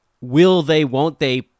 will-they-won't-they